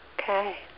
Okay